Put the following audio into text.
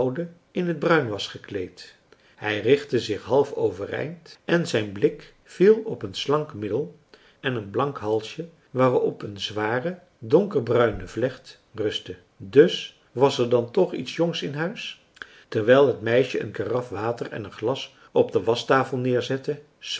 in het bruin was gekleed hij richtte zich half overeind en zijn blik viel op een slank middel en een blank halsje waarop een zware donker bruine vlecht rustte dus was er dan toch iets jongs in huis terwijl het meisje een karaf water en een glas op de waschtafel neerzette